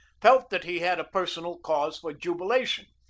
felt that he had a personal cause for jubilation,